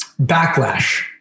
backlash